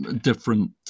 different